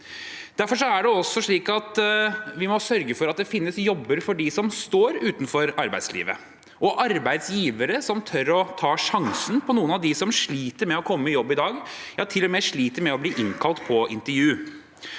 Derfor må vi også sørge for at det finnes jobber for dem som står utenfor arbeidslivet, og at det finnes arbeidsgivere som tør å ta sjansen på noen av dem som sliter med å komme i jobb i dag, ja til og med sliter med å bli innkalt til intervju.